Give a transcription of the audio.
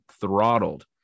throttled